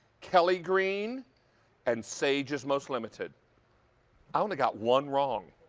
kelly green and sage is most limited. i only got one wrong,